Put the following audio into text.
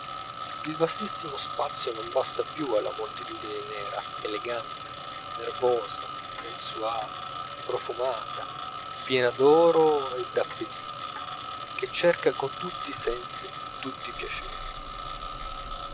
il vastissimo spazio non basta più alla moltitudine nera elegante nervosa sensuale profumata piena d'oro e d'appetiti che cerca con tutti i sensi tutti i piaceri